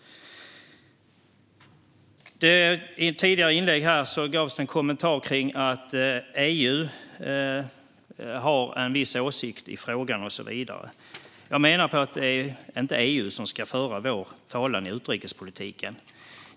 I ett tidigare inlägg gjordes en kommentar om att EU har en viss åsikt i frågan och så vidare. Jag menar att det inte är EU som ska föra vår talan i utrikespolitiken.